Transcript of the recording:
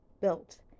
built